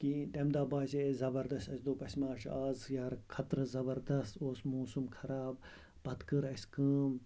کِہیٖنۍ تَمہِ دۄہ باسیے اَسہِ زَبردست اسہِ دۄپ اسہِ ما چھُ یارٕ خَطرٕ زَبردست اوس موسم خَراب پتہٕ کٔر اسہِ کٲم